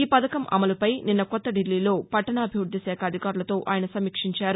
ఈ పథకం అమలుపై నిన్న కొత్త దిల్లీలో పట్టణాభివృద్ది శాఖ అధికారులతో ఆయస సమీక్షించారు